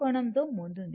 కోణంతో ముందుంది